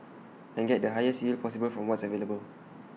and get the highest yield possible from what's available